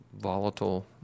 volatile